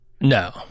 No